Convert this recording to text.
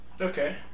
okay